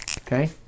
Okay